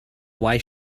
why